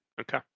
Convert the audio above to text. okay